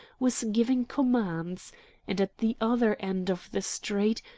was giving commands and at the other end of the street,